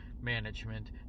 management